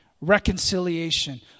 reconciliation